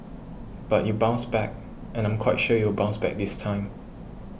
but you bounced back and I'm quite sure you'll bounce back this time